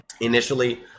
initially